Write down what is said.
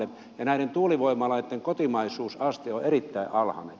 näiden tuulivoimaloitten kotimaisuusaste on erittäin alhainen